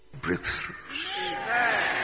breakthroughs